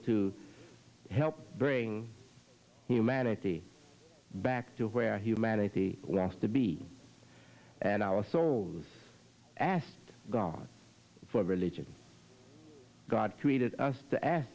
to help bring humanity back to where humanity lost to be and our souls asked god for a religion god created us to ask